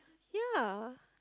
ya